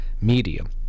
medium